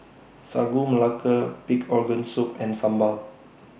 Sagu Melaka Pig Organ Soup and Sambal